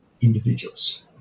individuals